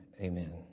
amen